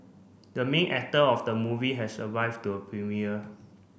the main actor of the movie has arrived to premiere